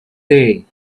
day